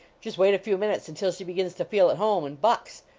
just wait a few minutes until she begins to feel at home and bucks.